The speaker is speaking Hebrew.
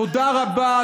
תודה רבה.